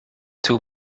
two